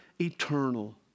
eternal